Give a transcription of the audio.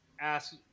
ask